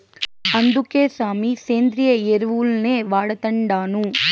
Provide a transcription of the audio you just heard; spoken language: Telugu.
అందుకే సామీ, సేంద్రియ ఎరువుల్నే వాడతండాను